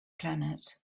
planet